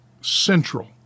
central